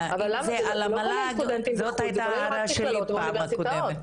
אם זה מהמל"ג זאת הייתה ההערה שלי בפעם הקודמת.